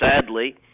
Sadly